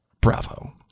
Bravo